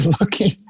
looking